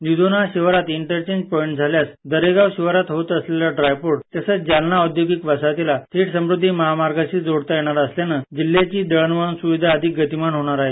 निधोना शिवारात interchange point झाल्यास दरेगाव शिवारात होत असलेला ड्रायपोर्ट तसंच जालना औद्योगिक वसाहतीला थेट समृध्दी महामार्गाशी जोडता येणार असल्याने जिल्ह्याची दळणवळण सुविधा अधिक गतीमान होणार आहे